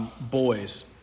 boys